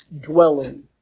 dwelling